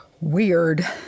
weird